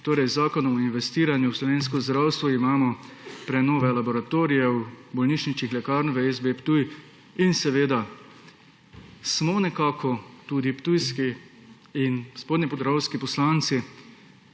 V zakonu o investiranju v slovensko zdravstvo imamo prenove laboratorijev, bolnišničnih lekarn v SB Ptuj in seveda smo tudi ptujski in spodnjepodravski poslanci